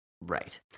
Right